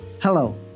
Hello